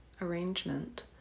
arrangement